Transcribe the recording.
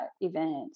event